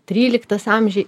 tryliktas amžiai